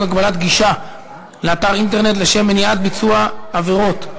הגבלת גישה לאתר אינטרנט לשם מניעת ביצוע עבירות,